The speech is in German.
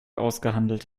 ausgehandelt